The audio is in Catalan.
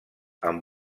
amb